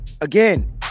Again